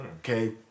Okay